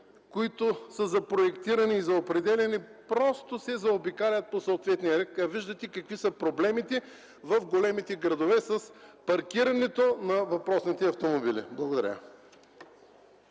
наредби за проектиране и за определяне просто се заобикалят по съответния ред. Виждате какви са проблемите в големите градове с паркирането на автомобилите. Благодаря.